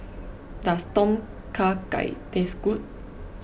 does Tom Kha Gai taste good